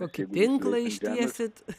kokį tinklą ištiesit